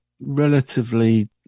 relatively